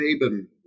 Leben